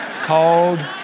Called